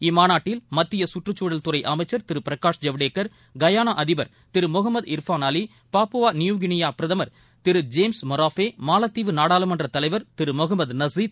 இம்மாநாட்டில் மத்திய சுற்றுச்சூழல் துறை அமைச்சர் திரு பிரகாஷ் ஜவடேகர் கயானா அதிபர் Thiru Mohamed Irfaan Ali Papua New Guinea பிரதுர் திரு ஜேம்ஸ் மராப்பே மாலத்தீவு நாடாளுமன்ற தலைவர் திரு முகமது நலீத்